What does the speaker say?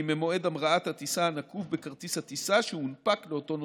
ממועד המראת הטיסה הנקוב בכרטיס הטיסה שהונפק לאותו נוסע.